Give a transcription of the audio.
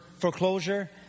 foreclosure